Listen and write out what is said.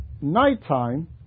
nighttime